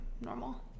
normal